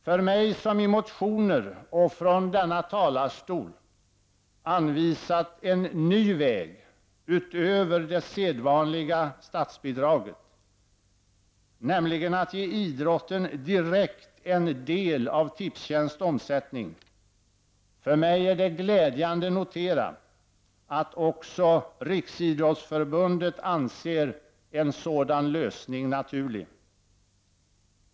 För mig som i motioner och från denna talarstol anvisat en ny väg, en väg utöver det sedvanliga statsbidraget, nämligen att direkt ge idrotten en del av Tipstjänsts omsättning, är det glädjande att notera att också Riksidrottsförbundet anser en sådan lösning vara naturlig.